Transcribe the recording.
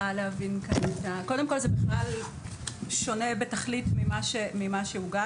קודם כל זה בכלל שונה בתכלית ממה שהוגש.